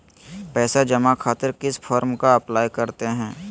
पैसा जमा खातिर किस फॉर्म का अप्लाई करते हैं?